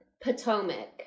Potomac